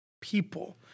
people